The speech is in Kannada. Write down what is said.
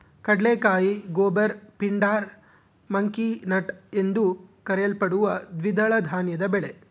ಕಡಲೆಕಾಯಿ ಗೂಬರ್ ಪಿಂಡಾರ್ ಮಂಕಿ ನಟ್ ಎಂದೂ ಕರೆಯಲ್ಪಡುವ ದ್ವಿದಳ ಧಾನ್ಯದ ಬೆಳೆ